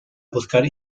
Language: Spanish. buscar